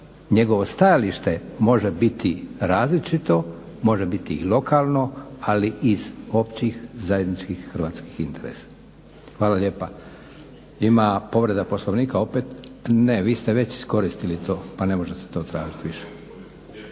Njegovo stajalište može biti različito, može biti i lokalno, ali iz općih zajedničkih hrvatskih interesa. Hvala lijepa. Ima povreda Poslovnika opet. Ne, vi ste već iskoristili to pa ne možete to tražiti više.